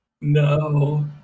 No